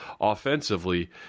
offensively